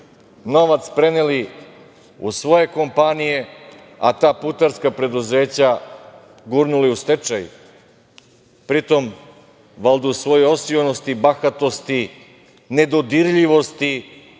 novac preneli u svoje kompanije, a ta putarska preduzeća gurnuli u stečaj, pri tom, valjda u svojoj osionosti, bahatosti nedodirljivosti,